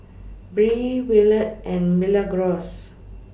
Bree Willard and Milagros